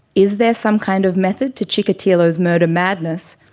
is there some kind of method to chikatilo's murder madness,